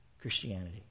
Christianity